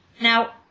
Now